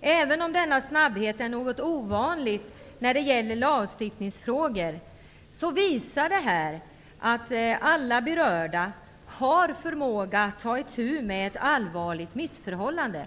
Även om denna snabbhet är något ovanlig när det gäller lagstiftningsfrågor, visar den att alla berörda har förmågan att ta itu med ett allvarligt missförhållande.